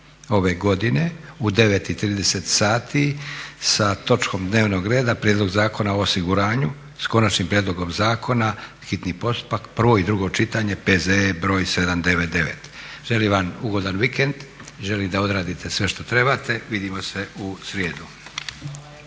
ove godine u 9,30 sati sa točkom dnevnog reda Prijedlog zakona o osiguranju s konačnim prijedlogom zakona, hitni postupak, prvo i drugo čitanje, P.Z.E. br. 799. Želim vam ugodan vikend, želim da odradite sve što trebate. Vidimo se u srijedu.